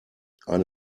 eine